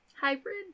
Hybrid